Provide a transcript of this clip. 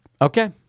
Okay